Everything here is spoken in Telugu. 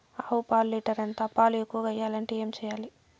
ఆవు పాలు లీటర్ ఎంత? పాలు ఎక్కువగా ఇయ్యాలంటే ఏం చేయాలి?